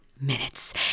minutes